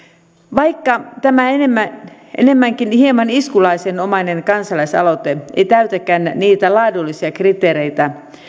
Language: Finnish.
vaikka tämä enemmänkin hieman iskulauseenomainen kansalaisaloite ei täytäkään niitä laadullisia kriteereitä